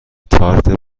تارت